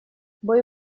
бой